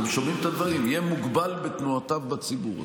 אתם שומעים את הדברים: יהיה מוגבל בתנועותיו בציבור.